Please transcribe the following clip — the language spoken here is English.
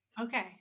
Okay